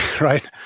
right